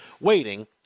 waiting